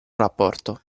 rapporto